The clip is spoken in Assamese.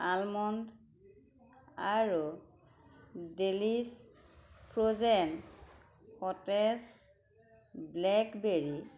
আলমণ্ড আৰু ডেলিছ ফ্ৰ'জেন সতেজ ব্লেকবেৰী